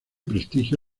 prestigio